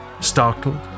Startled